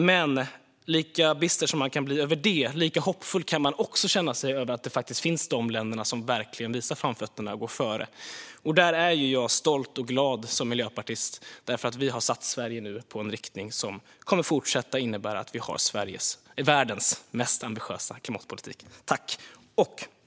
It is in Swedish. Men lika bister som man kan bli över det, lika hoppfull kan man känna sig över att det faktiskt finns länder som visar framfötterna och går före. Jag är som miljöpartist stolt och glad, för vi har försatt Sverige i en riktning som innebär att vi även i fortsättningen kommer att ha världens mest ambitiösa klimatpolitik.